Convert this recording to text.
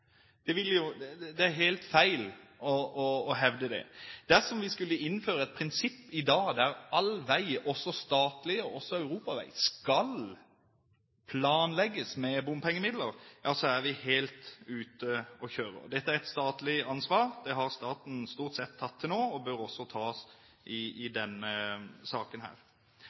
Det er helt feil å hevde det. Dersom vi skulle innføre et prinsipp i dag om at alle veier, også statlige og europaveier, skal planlegges med bompengemidler, er vi helt ute å kjøre. Dette er et statlig ansvar. Det har staten stort sett tatt til nå, og det bør den også ta i denne saken. Vi skal heller ikke underslå at når det gjelder denne andre bommen, kan det her